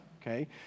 okay